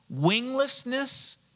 winglessness